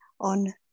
on